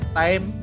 time